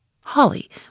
Holly